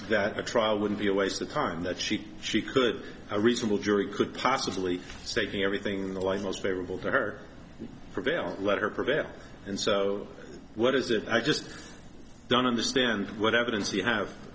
that a trial would be a waste of time that she she could a reasonable jury could possibly saving everything the life most favorable to her prevail let her prevail and so what is it i just don't understand what evidence you have